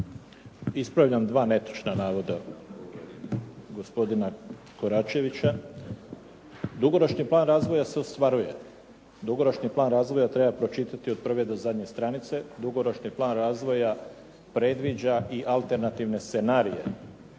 Ispravljam dva netočna navoda gospodina Koračevića. Dugoročni plan razvoja se ostvaruje, dugoročni plan razvoja treba pročitati od prve do zadnje stranice, dugoročni plan razvoja predviđa i alternativne scenarije